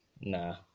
nah